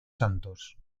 santos